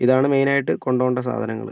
ഇതാണ് മെയിനായിട്ട് കൊണ്ടു പോകേണ്ട സാധനങ്ങള്